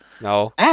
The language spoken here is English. No